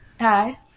Hi